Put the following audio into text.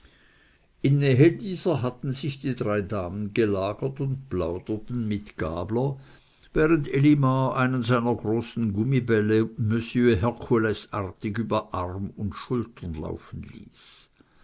dieser hatten sich die drei damen gelagert und plauderten mit gabler während elimar einen seiner großen gummibälle monsieur herkulesartig über arm und schulter laufen ließ